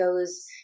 goes